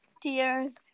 tears